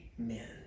Amen